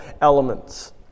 elements